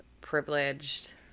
privileged